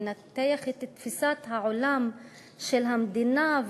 לנתח את תפיסת העולם של המדינה,